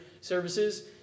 services